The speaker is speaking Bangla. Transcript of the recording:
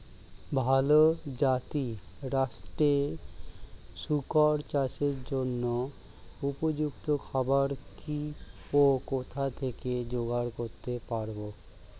ভালো জাতিরাষ্ট্রের শুকর চাষের জন্য উপযুক্ত খাবার কি ও কোথা থেকে জোগাড় করতে পারব?